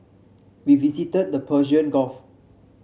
we visited the Persian Gulf